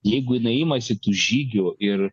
jeigu jinai imasi tų žygių ir